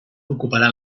ocuparà